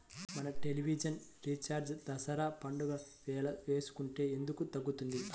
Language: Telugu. మన టెలివిజన్ రీఛార్జి దసరా పండగ వేళ వేసుకుంటే ఎందుకు తగ్గుతుంది?